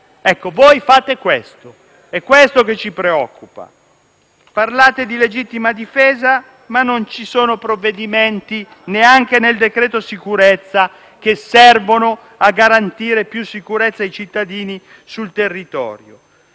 Ecco, voi fate questo. È questo che ci preoccupa. Parlate di legittima difesa, ma non ci sono provvedimenti, neanche nel decreto-legge sicurezza, che servono a garantire più sicurezza ai cittadini sul territorio.